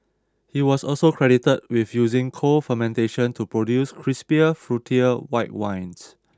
he was also credited with using cold fermentation to produce crisper fruitier white wines